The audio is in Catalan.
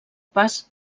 pas